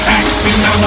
action